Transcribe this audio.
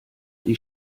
die